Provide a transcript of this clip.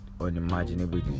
unimaginable